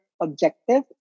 objective